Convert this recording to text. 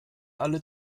alle